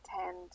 attend